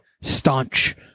staunch